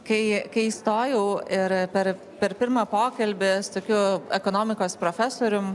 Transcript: kai kai įstojau ir per per pirmą pokalbį su tokiu ekonomikos profesorium